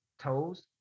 toes